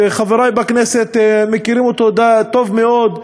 שחברי בכנסת מכירים אותו טוב מאוד.